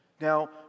Now